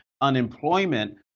unemployment